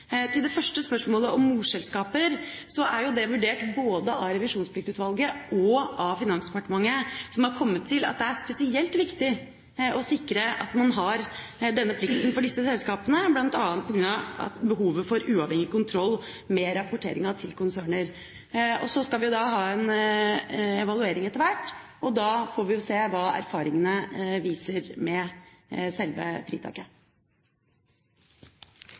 Til det første spørsmålet om morselskaper: Det er vurdert både av Revisjonspliktutvalget og av Finansdepartementet, som er kommet til at det er spesielt viktig å sikre at man har denne plikten for disse selskapene, bl.a. på grunn av behovet for uavhengig kontroll med rapporteringa til konserner. Så skal vi da ha en evaluering etter hvert, og da får se hva erfaringene viser når det gjelder selve fritaket.